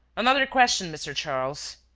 another question, mr. charles.